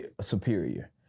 superior